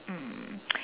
um